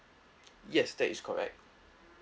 yes that is correct